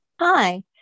hi